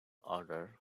order